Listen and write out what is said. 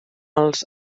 alts